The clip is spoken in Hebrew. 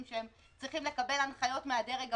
שהם צריכים לקבל הנחיות מן הדרג הפוליטי.